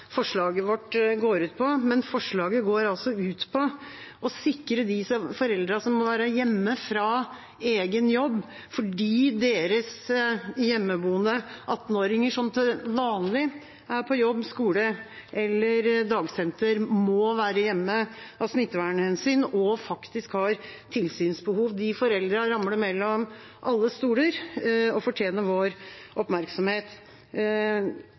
forslaget vårt går ut på. Det går altså ut på å sikre de foreldrene som må være hjemme fra egen jobb fordi deres hjemmeboende attenåringer som til vanlig er på jobb, skole eller dagsenter, må være hjemme av smittevernhensyn og faktisk har tilsynsbehov. De foreldrene ramler mellom alle stoler og fortjener vår oppmerksomhet.